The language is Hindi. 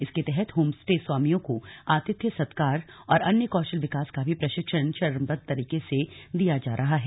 इसके तहत होम स्टे स्वामियों को आतिथ्य सत्कार और अन्य कौशल विकास का भी प्रशिक्षण चरणबद्ध तरीके से दिया जा रहा है